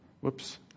Whoops